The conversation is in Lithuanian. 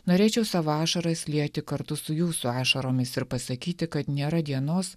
norėčiau savo ašaras lieti kartu su jūsų ašaromis ir pasakyti kad nėra dienos